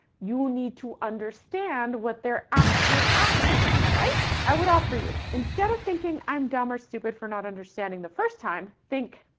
you need to understand what they're actually asking of you, right? i would offer you, instead of thinking, i'm dumb or stupid for not understanding the first time, think,